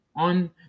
On